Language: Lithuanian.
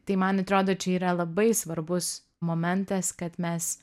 tai man atrodo čia yra labai svarbus momentas kad mes